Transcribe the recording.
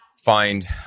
find